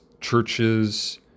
churches